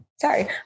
Sorry